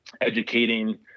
educating